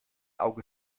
auge